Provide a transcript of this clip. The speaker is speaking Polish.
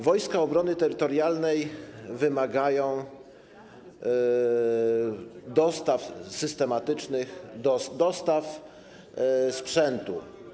Wojska Obrony Terytorialnej wymagają dostaw, systematycznych dostaw sprzętu.